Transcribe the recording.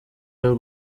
y’u